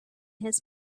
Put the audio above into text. his